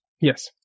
Yes